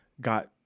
got